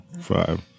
five